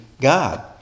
God